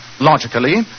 Logically